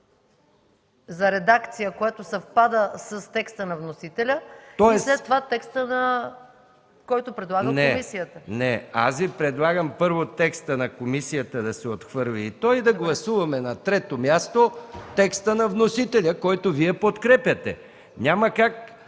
за редакция, което съвпада с текста на вносителя и след това текстът, който предлага комисията. ПРЕДСЕДАТЕЛ МИХАИЛ МИКОВ: Не, не. Аз Ви предлагам, първо, текстът на комисията да се отхвърли и той, и да гласуваме на трето място текста на вносителя, който Вие подкрепяте. Няма как